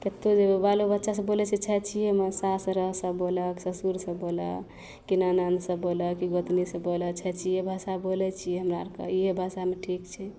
कतहु जएबै बालोबच्चासे बोलै छै छिएमे सासु आओर सभ बोलै ससुरसभ बोलै कि नाना नानीसभ बोलै कि गोतनीसभ बोलै छै छिए भाषा बोलै छिए हमरा आओरके इएह भाषामे ठीक छै